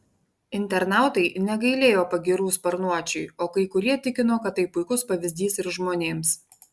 internautai negailėjo pagyrų sparnuočiui o kai kurie tikino kad tai puikus pavyzdys ir žmonėms